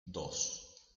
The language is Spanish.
dos